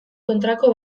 kontrako